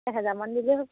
এহেজাৰমান দিলেই হ'ব